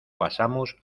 pasamos